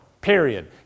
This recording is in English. period